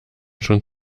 schon